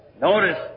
Notice